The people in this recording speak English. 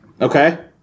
Okay